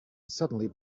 suddenly